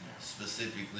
specifically